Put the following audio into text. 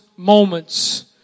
moments